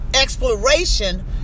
exploration